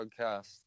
podcast